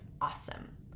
awesome